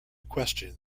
question